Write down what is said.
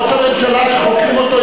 ראש הממשלה שחוקרים אותו,